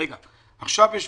עד עכשיו כמה הם קיבלו?